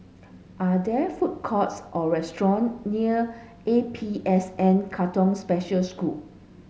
are there food courts or restaurant near A P S N Katong Special School